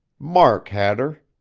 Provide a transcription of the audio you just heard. mark had her.